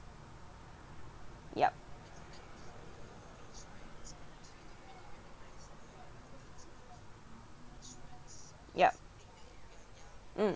yup yup mm